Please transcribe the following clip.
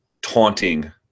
taunting